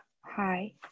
Hi